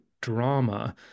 drama